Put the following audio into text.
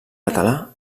català